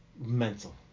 mental